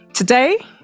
Today